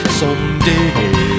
someday